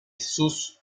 sus